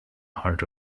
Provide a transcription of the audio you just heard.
hard